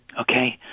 Okay